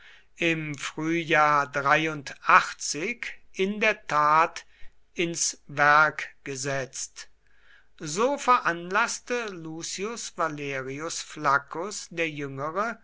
im frühjahr in der tat ins werk gesetzt so veranlaßte lucius valerius flaccus der jüngere